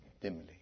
dimly